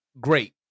Great